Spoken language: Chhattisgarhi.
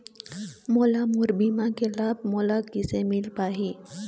मोला मोर बीमा के लाभ मोला किसे मिल पाही?